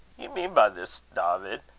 mean by this, dawvid,